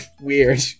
Weird